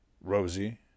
Rosie